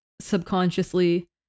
subconsciously